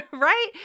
right